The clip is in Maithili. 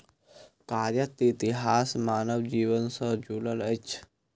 कागजक इतिहास मानव जीवन सॅ जुड़ल अछि